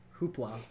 Hoopla